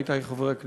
עמיתי חברי הכנסת,